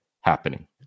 happening